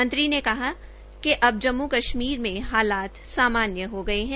मंत्री ने कहा कि अब जम्मू कश्मीर में हालात सामान्य हो गए है